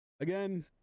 Again